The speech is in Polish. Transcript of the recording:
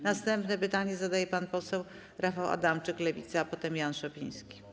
Następne pytanie zada pan poseł Rafał Adamczyk, Lewica, a potem poseł Jan Szopiński.